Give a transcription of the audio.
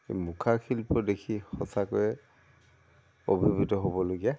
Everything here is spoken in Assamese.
এই মুখা শিল্প দেখি সঁচাকৈয়ে অভিভূত হ'বলগীয়া